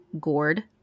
gourd